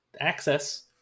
access